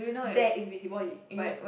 that is busybody but